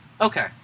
Okay